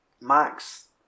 Max